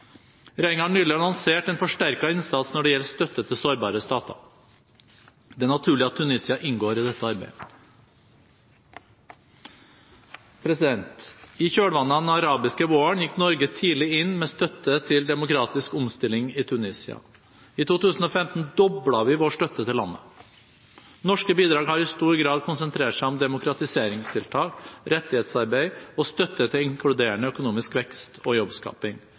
Regjeringen har nylig lansert en forsterket innsats når det gjelder støtte til sårbare stater. Det er naturlig at Tunisia inngår i dette arbeidet. I kjølvannet av den arabiske våren gikk Norge tidlig inn med støtte til demokratisk omstilling i Tunisia. I 2015 doblet vi vår støtte til landet. Norske bidrag har i stor grad konsentrert seg om demokratiseringstiltak, rettighetsarbeid og støtte til inkluderende økonomisk vekst og jobbskaping,